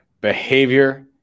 behavior